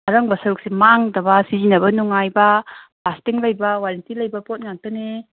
ꯑꯔꯪꯕ ꯁꯔꯨꯛꯁꯤ ꯃꯥꯡꯗꯕ ꯁꯤꯖꯤꯟꯅꯕ ꯅꯨꯡꯉꯥꯏꯕ ꯂꯥꯁꯇꯤꯡ ꯂꯩꯕ ꯋꯥꯔꯦꯟꯇꯤ ꯂꯩꯕ ꯄꯣꯠ ꯉꯥꯛꯇꯅꯦ